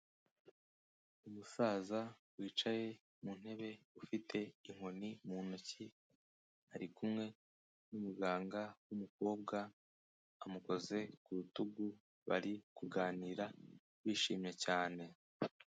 Umusaza wicaye mu ntebe ufite inkoni mu ntoki ari kumwe n'umuganga w'umukobwa amukoze ku rutugu bari kuganira bishimye cyane.